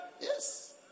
Yes